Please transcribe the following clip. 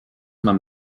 man